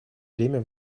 время